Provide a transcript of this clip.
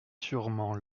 sûrement